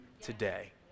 today